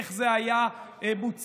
איך זה היה מוצלח,